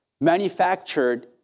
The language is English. manufactured